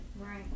Right